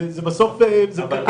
וזה עוד משהו שיוצר עיוות בנושא הזה.